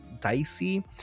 dicey